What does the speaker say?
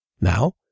Now